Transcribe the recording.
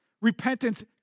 repentance